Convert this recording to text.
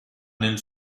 nel